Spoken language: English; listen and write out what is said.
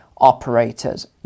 operators